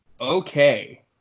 Okay